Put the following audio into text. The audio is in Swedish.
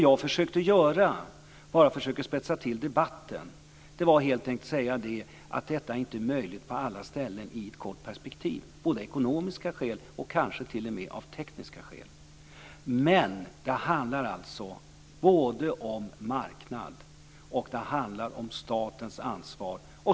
Jag försökte helt enkelt säga, och spetsa till debatten, att detta inte är möjligt på alla ställen i ett kort perspektiv av ekonomiska skäl och kanske t.o.m. av tekniska skäl. Men det handlar alltså både om marknaden och om statens ansvar.